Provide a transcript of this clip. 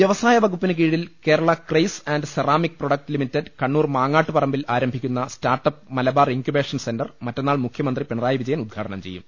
വ്യവസായ വകുപ്പിന് കീഴിൽ Kerala clays and ceramic product limited Kannur Mangattu പറമ്പിൽ ആരംഭിക്കു ന്ന സ്റ്റാർട്ടപ്പ് മലബാർ ഇൻക്യുബേഷൻ സെന്റർ മറ്റന്നാൾ മുഖ്യ മന്ത്രി പിണറായി വിജയൻ ഉദ്ഘാടനം ചെയ്യും